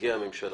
נציגי הממשלה,